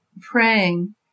praying